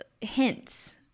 hints